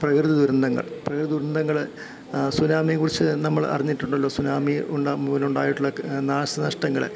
പ്രകൃതി ദുരന്തങ്ങൾ പ്രകൃതി ദുരന്തങ്ങൾ സുനാമിയെക്കുറിച്ച് നമ്മൾ അറിഞ്ഞിട്ടുണ്ടല്ലോ സുനാമി മൂലം ഉണ്ടായിട്ടുള്ള നാശനഷ്ടങ്ങൾ